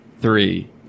Three